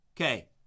okay